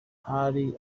hari